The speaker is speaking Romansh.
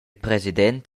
president